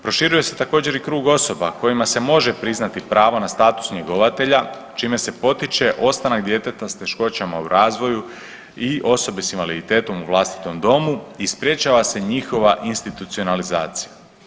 Proširuje se također i krug osoba kojima se može priznati pravo na status njegovatelja čime se potiče ostanak djeteta sa teškoćama u razvoju i osobe sa invaliditetom u vlastitom domu i sprječava se njihova institucionalizacija.